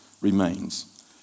remains